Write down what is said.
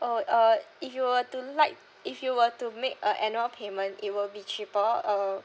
oh uh if you were to like if you were to make a annual payment it will be cheaper uh